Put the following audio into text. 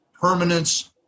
permanence